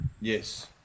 Yes